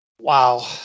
Wow